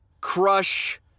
crush